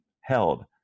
held